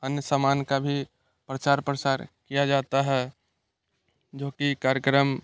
अन्य समान का भी प्रचार प्रसार किया जाता है जो कि कार्यक्रम